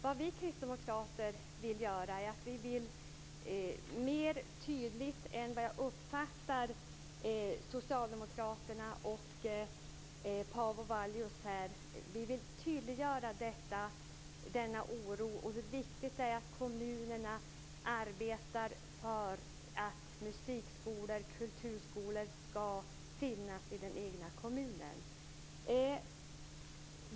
Vi kristdemokrater vill, tydligare än vad jag uppfattar det från socialdemokraterna och Paavo Vallius, tydliggöra denna oro och hur viktigt det är att kommunerna arbetar för att musik och kulturskolor skall finnas i den egna kommunen.